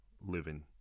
living